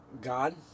God